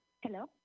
Hello